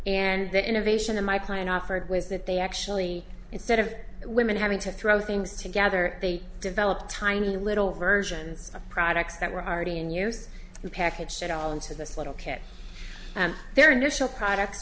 and the innovation in my plan offered was that they actually instead of women having to throw things together they developed tiny little versions of products that were already in use the package should all into this little kit and their initial products